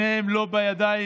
שניהם לא בידיים